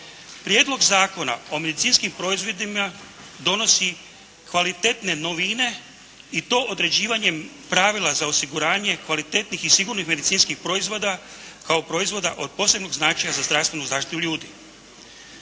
Prijedlog zakona o medicinskim proizvodima donosi kvalitetne novine i to određivanjem pravila za osiguranje kvalitetnih i sigurnih medicinskih proizvoda kao proizvoda od posebnog značaja za zdravstvenu zaštitu ljudi.